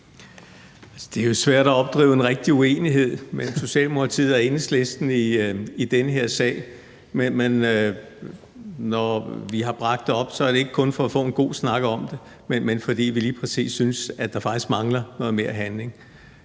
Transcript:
Det er jo svært at opdrive en rigtig uenighed mellem Socialdemokratiet og Enhedslisten i den her sag, men når vi har bragt det op, er det ikke kun for at få en god snak om det, men fordi vi lige præcis synes, at der faktisk mangler noget mere handling.